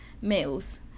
meals